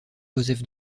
joseph